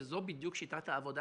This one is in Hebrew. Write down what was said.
זו, בדיוק, שיטת העבודה